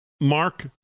Mark